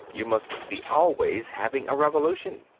you must be always having a revolution.